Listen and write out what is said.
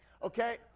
Okay